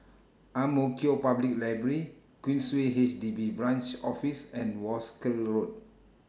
Ang Mo Kio Public Library Queensway H D B Branch Office and Wolskel Road